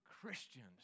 Christians